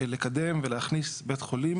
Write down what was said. לקדם ולהכניס בית חולים,